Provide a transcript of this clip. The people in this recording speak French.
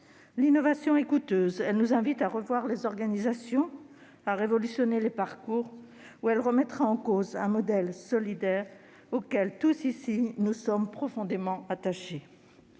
L'innovation est coûteuse ; elle nous invite à revoir les organisations, à révolutionner les parcours, ou elle remettra en cause un modèle solidaire auquel nous sommes tous ici profondément attachés.